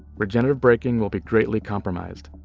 regenerative braking will be greatly compromised,